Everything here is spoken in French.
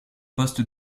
poste